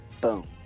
Boom